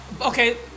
okay